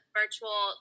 virtual